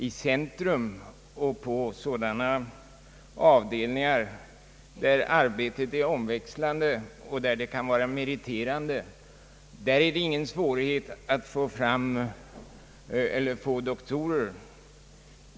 I centrum och på sådana avdelningar där arbetet är omväxlande och där det kan vara meriterande att arbeta är det inga svårigheter att få doktorer.